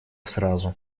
сразу